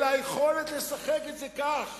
אלא היכולת לשחק את זה כך